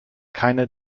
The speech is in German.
keine